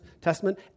Testament